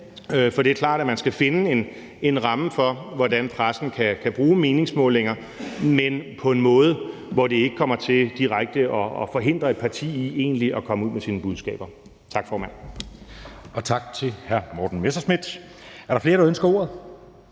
for det er klart, at man skal finde en ramme for, hvordan pressen kan bruge meningsmålinger, men på en måde, hvor det ikke kommer til direkte at forhindre et parti i egentlig at komme ud med sine budskaber. Tak, formand. Kl. 13:11 Anden næstformand (Jeppe Søe): Tak til hr. Morten Messerschmidt. Er der flere, der ønsker ordet?